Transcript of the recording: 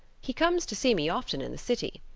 he comes to see me often in the city.